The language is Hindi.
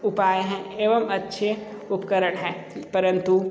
उपाय हैं एवं अच्छे उपकरण है परंतु